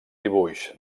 dibuix